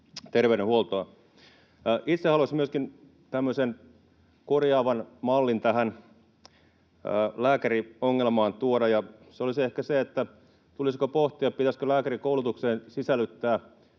terveydenhuoltoa. Itse haluaisin tuoda tähän lääkäriongelmaan myöskin korjaavan mallin. Se olisi ehkä se, tulisiko pohtia, pitäisikö lääkärikoulutukseen sisällyttää